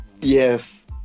Yes